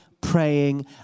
praying